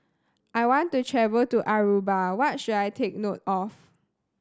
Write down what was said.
I want to travel to Aruba what should I take note of